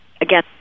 again